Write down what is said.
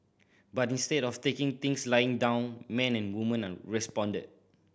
but instead of taking things lying down men and woman responded